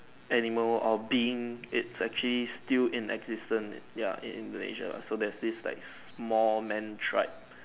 animal or being it's actually still in existent ya it in Malaysia so that is this like small man tribe